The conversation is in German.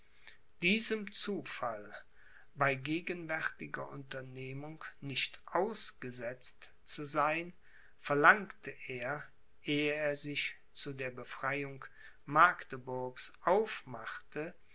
diesem zufall bei gegenwärtiger unternehmung nicht ausgesetzt zu sein verlangte er ehe er sich zu der befreiung magdeburgs aufmachte